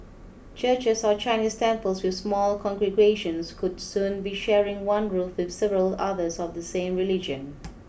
churches or Chinese temples with small congregations could soon be sharing one roof with several others of the same religion